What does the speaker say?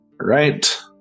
right